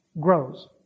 grows